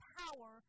power